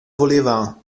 voleva